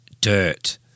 Dirt